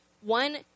one